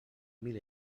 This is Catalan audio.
mil